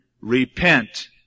repent